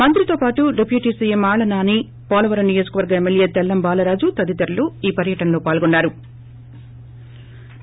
మంత్రితో పాటు deputy CM Alla Nani Polavaram నియోజకవర్గ ఎమ్మెల్యే తెల్లం బాలరాజు తదితరులు ఈ పర్యటనలో పాల్గొన్నా రు